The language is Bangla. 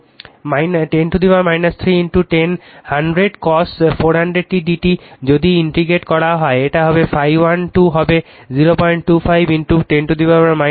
তো 10 3 100 cos 400 t d t যদি ইনট্রিগেট করা হয় এটা হবে ∅1 2 হবে 025 10 3 sin 400 t ওয়েবার